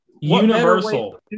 Universal